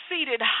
seated